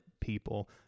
people